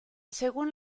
según